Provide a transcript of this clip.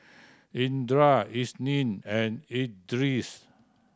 Indra Isnin and Idris